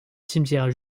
cimetière